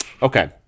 Okay